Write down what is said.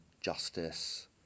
justice